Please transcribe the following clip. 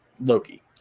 Loki